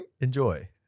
Enjoy